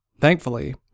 Thankfully